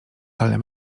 ale